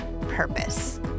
purpose